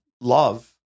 love